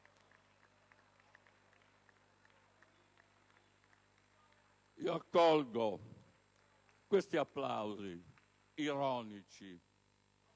Accolgo questi applausi ironici,